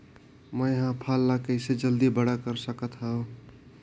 मैं ह फल ला कइसे जल्दी बड़ा कर सकत हव?